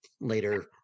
later